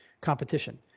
competition